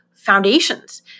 foundations